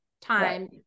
time